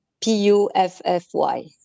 p-u-f-f-y